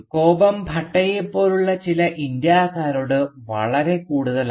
കോപം ഭട്ടയെപ്പോലുള്ള ചില ഇന്ത്യക്കാരോട് വളരെ കൂടുതലാണ്